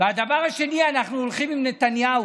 הדבר השני, אנחנו הולכים עם נתניהו.